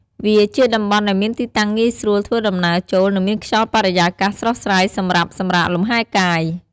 វាជាតំបន់ដែលមានទីតាំងងាយស្រួលធ្វើដំណើរចូល និងមានខ្យល់បរិយាកាសស្រស់ស្រាយសម្រាប់សម្រាកលំហែកាយ។